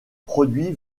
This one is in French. produits